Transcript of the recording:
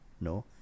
no